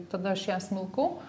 tada aš ją smilkau